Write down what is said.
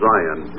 Zion